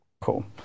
Cool